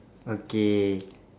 okay